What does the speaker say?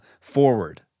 forward